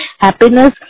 happiness